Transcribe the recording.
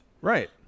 right